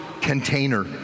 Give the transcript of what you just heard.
container